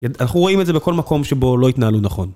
אנחנו רואים את זה בכל מקום שבו לא התנהלו נכון.